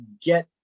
get